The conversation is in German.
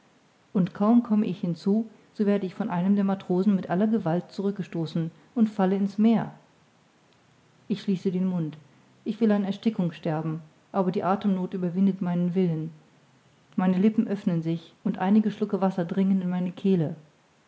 aber kaum komme ich hinzu so werde ich von einem der matrosen mit aller gewalt zurückgestoßen und falle in's meer ich schließe den mund ich will an erstickung sterben aber die athemnoth überwindet meinen willen meine lippen öffnen sich und einige schlucke wasser dringen in meine kehle